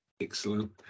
Excellent